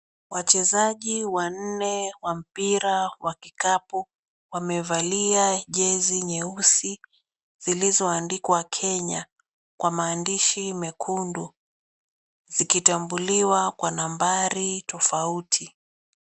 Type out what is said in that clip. Wachezaji wanne wa mpira wa kikapu wamevalia jersey nyeusi zilizo andikwa Kenya, kwa maandishi mekundu, zikitambuliwa kwa nambari tofauti.